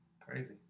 Crazy